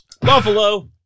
Buffalo